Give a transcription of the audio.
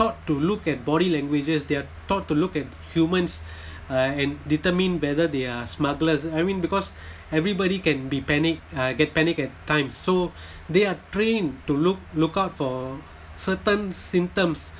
taught to look at body languages they are taught to look at humans uh and determine whether they are smugglers I mean because everybody can be panic uh get panic at times so they are trained to look look out for certain symptoms